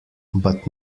but